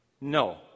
no